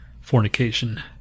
fornication